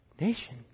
nation